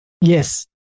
yes